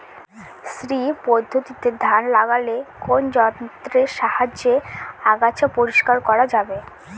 শ্রী পদ্ধতিতে ধান লাগালে কোন যন্ত্রের সাহায্যে আগাছা পরিষ্কার করা যাবে?